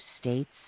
states